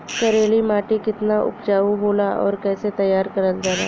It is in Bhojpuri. करेली माटी कितना उपजाऊ होला और कैसे तैयार करल जाला?